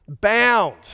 bound